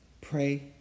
pray